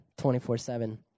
24-7